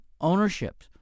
ownership